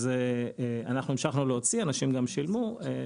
אז אנחנו המשכנו להוציא ואנשים גם שילמו.